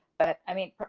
but, i mean,